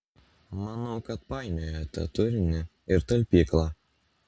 manau kad painiojate turinį ir talpyklą